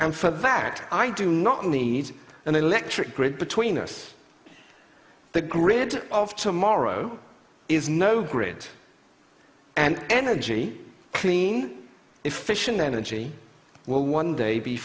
and for that i do not need an electric grid between us the grid of tomorrow is no grid and energy clean efficient energy will one day be